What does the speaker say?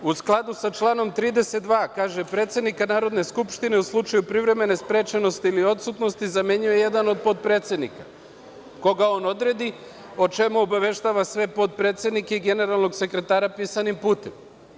U skladu sa članom 32. kaže – predsednika Narodne skupštine u slučaju privremene sprečenosti ili odsutnosti zamenjuje jedan od potpredsednika koga on odredi, o čemu obaveštava sve potpredsednike i generalnog sekretara pisanim putem.